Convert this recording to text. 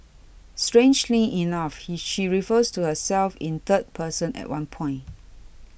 strangely enough he she refers to herself in third person at one point